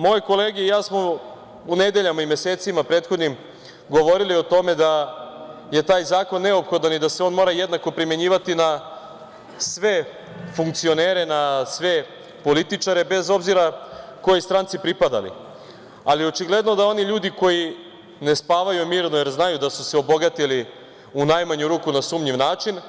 Moje kolege i ja smo nedeljama i mesecima prethodnim govorili o tome da je taj zakon neophodan i da se mora jednako primenjivati na sve funkcionere, na sve političare bez obzira kojoj stranci pripadali, ali očigledno da oni ljudi koji ne spavaju mirno, jer znaju da su se obogatili u najmanju ruku na sumnjiv način,